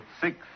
six